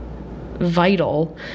vital